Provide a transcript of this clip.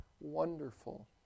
wonderful